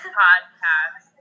podcast